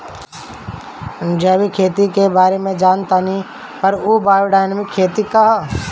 जैविक खेती के बारे जान तानी पर उ बायोडायनमिक खेती का ह?